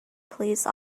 police